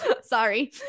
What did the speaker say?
sorry